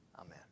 Amen